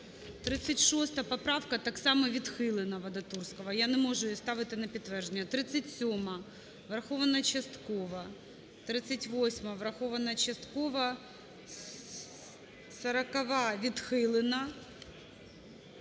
36 поправка – так само відхилена, Вадатурського. Я не можу її ставити на підтвердження. 37-а – врахована частково. 38-а – врахована частково. 40-а – відхилена.